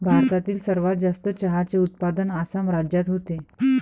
भारतातील सर्वात जास्त चहाचे उत्पादन आसाम राज्यात होते